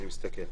אני מסתכל.